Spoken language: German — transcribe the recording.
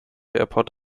airport